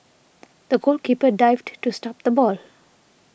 the goalkeeper dived to stop the ball